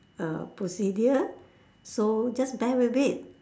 uh procedure so just bear with it